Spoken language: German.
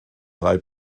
drei